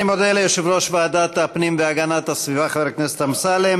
אני מודה ליושב-ראש ועדת הפנים והגנת הסביבה חבר הכנסת אמסלם.